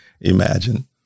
Imagine